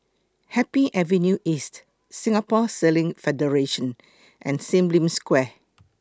Happy Avenue East Singapore Sailing Federation and SIM Lim Square